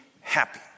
happy